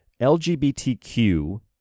LGBTQ